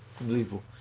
Unbelievable